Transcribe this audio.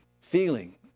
feeling